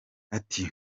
ati